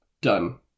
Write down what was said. done